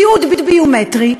תיעוד ביומטרי,